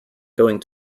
going